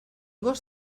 gos